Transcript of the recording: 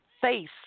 face